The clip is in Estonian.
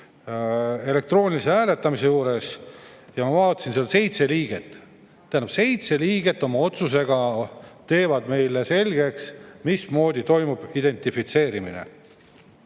elektroonilise hääletamise jaoks. Ma vaatasin, et seal on seitse liiget. Tähendab, seitse liiget teevad oma otsusega meile selgeks, mismoodi toimub identifitseerimine.